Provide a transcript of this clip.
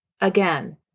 Again